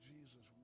Jesus